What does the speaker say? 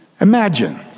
Imagine